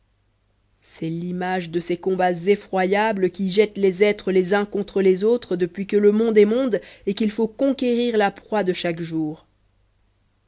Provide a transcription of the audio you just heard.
c'est l'image de ces combats effroyables qui jettent les êtres les uns contre les autres depuis que le monde est monde et qu'il faut conquérir la proie de chaque jour